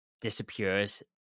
disappears